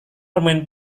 bermain